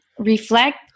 Reflect